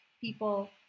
people